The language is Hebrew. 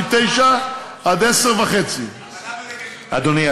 מ-09:00 עד 10:30. אדוני,